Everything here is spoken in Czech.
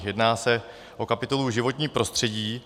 Jedná se o kapitolu životní prostředí.